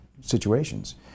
situations